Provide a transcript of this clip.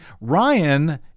Ryan